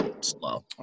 slow